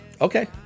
Okay